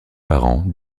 parent